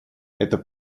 это